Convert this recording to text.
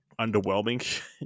underwhelming